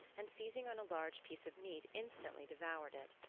and seizing on a large piece of meat instantly devoured it.